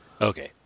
Okay